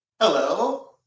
Hello